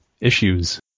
issues